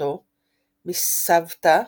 ומשפחתו מסבתה,